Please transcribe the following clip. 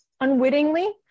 unwittingly